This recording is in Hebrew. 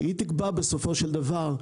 שהיא תקבע בסופו של דבר,